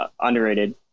underrated